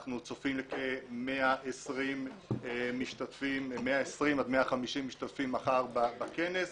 אנחנו צופים כ-150-120 משתתפים מחר בכנס.